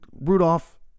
Rudolph